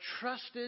trusted